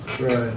Right